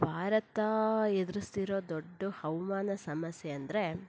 ಭಾರತ ಎದುರಿಸ್ತಿರೊ ದೊಡ್ಡ ಹವಾಮಾನ ಸಮಸ್ಯೆ ಅಂದರೆ